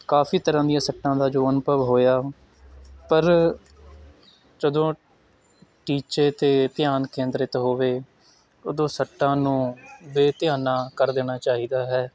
ਕਾਫੀ ਤਰ੍ਹਾਂ ਦੀਆਂ ਸੱਟਾਂ ਦਾ ਜੋ ਅਨੁਭਵ ਹੋਇਆ ਪਰ ਜਦੋਂ ਟੀਚੇ 'ਤੇ ਧਿਆਨ ਕੇਂਦਰਿਤ ਹੋਵੇ ਉਦੋਂ ਸੱਟਾਂ ਨੂੰ ਬੇਧਿਆਨਾ ਕਰ ਦੇਣਾ ਚਾਹੀਦਾ ਹੈ